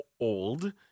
old